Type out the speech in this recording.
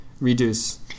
reduce